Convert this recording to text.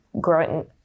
growing